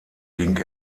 ging